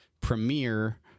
premiere